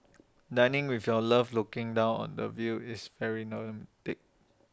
dining with your love looking down on the view is very romantic